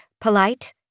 Polite